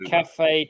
Cafe